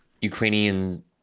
Ukrainian